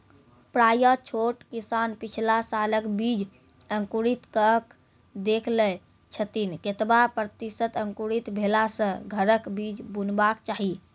प्रायः छोट किसान पिछला सालक बीज अंकुरित कअक देख लै छथिन, केतबा प्रतिसत अंकुरित भेला सऽ घरक बीज बुनबाक चाही?